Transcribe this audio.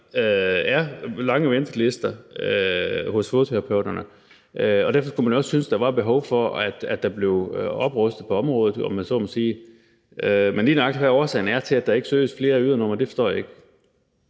er lange ventelister hos fodterapeuterne. Derfor kunne man også synes, at der var behov for, at der blev oprustet på området, om man så må sige. Men lige nøjagtig hvad årsagen er til, at der ikke søges flere ydernumre, ved jeg ikke.